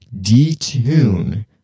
detune